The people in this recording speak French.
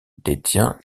détient